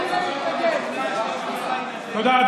תודה.